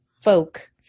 folk